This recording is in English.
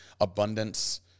Abundance